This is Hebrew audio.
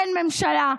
אין ממשלה,